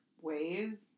ways